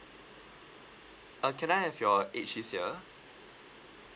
uh can I have your age this year